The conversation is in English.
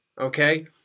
okay